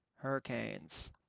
Hurricanes